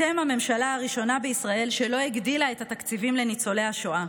אתם הממשלה הראשונה בישראל שלא הגדילה את התקציבים לניצולי השואה,